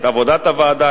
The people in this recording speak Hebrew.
את עבודת הוועדה,